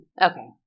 Okay